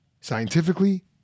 scientifically